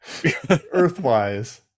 earthwise